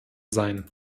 sein